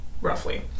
roughly